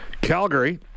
Calgary